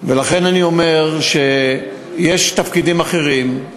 ולכן אני אומר שיש תפקידים אחרים,